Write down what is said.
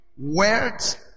words